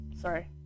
sorry